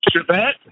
Chevette